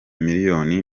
miliyoni